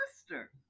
sister